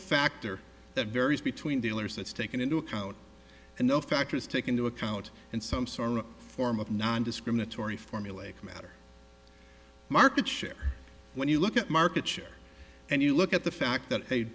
factor that varies between dealers that's taken into account and no factors take into account and some sort of form of nondiscriminatory formulaic matter market share when you look at market share and you look at the fact that